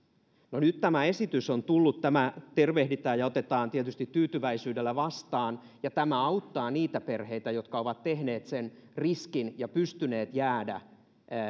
no nyt tämä esitys on tullut tämä otetaan tietysti tyytyväisyydellä vastaan ja tämä auttaa niitä perheitä jotka ovat ottaneet sen riskin ja pystyneet jäämään